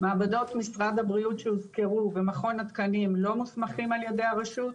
מעבדות משרד הבריאות שהוזכרו ומכון התקנים לא מוסמכים על ידי הרשות.